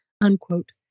unquote